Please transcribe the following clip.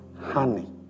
honey